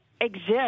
exist